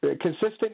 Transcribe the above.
consistent